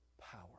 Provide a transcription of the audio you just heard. power